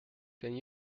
can